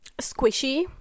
squishy